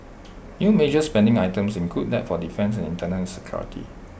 new major spending items included that for defence and internal security